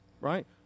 right